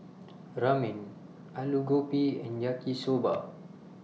Ramen Alu Gobi and Yaki Soba